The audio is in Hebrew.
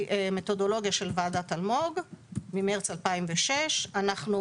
מתודולוגיה של ועדת אלמוג ממרץ 2006. אנחנו